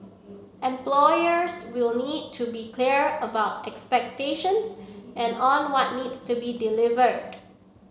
employers will need to be clear about expectations and on what needs to be delivered